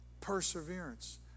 Perseverance